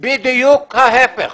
בדיוק ההפך.